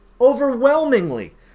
Overwhelmingly